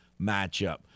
matchup